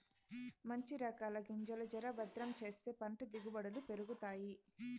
మంచి రకాల గింజలు జర భద్రం చేస్తే పంట దిగుబడులు పెరుగుతాయి